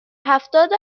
هفتاد